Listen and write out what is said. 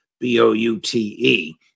B-O-U-T-E